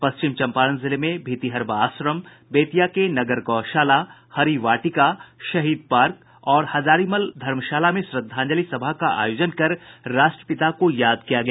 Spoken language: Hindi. पश्चिम चंपारण जिले में भितिहरवा आश्रम बेतिया के नगर गौशाला हरि वाटिका शहीद पार्क और हजारीमल धर्मशाला में श्रद्धांजलि सभा का आयोजन कर राष्ट्रपिता को याद किया गया